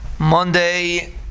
Monday